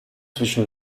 zwischen